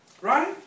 right